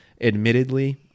admittedly